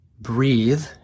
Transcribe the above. breathe